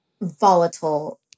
volatile